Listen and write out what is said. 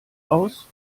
aus